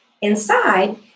Inside